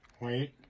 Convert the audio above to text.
wait